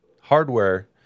hardware